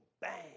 bang